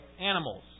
animals